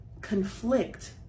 conflict